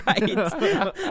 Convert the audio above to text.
Right